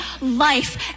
life